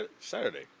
Saturday